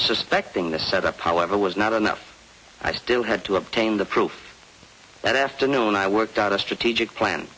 suspecting the set up however was not enough i still had to obtain the proof that afternoon i worked out a strategic plan